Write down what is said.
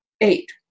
Eight